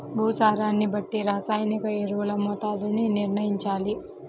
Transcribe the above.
భూసారాన్ని బట్టి రసాయనిక ఎరువుల మోతాదుని నిర్ణయంచాలి